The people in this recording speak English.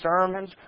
sermons